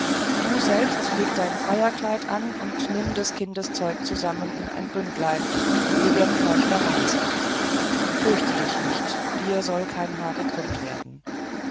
du selber lege dein feierkleid an und nimm des kindes zeug zusammen in ein bündlein wir werden gleich verreisen fürchte dich nicht dir soll kein haar gekrümmt werden